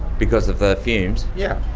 because of the fumes? yeah